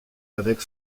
avec